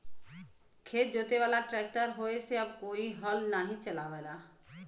खेत जोते वाला ट्रैक्टर होये से अब कोई हल नाही चलावला